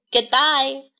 goodbye